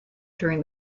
during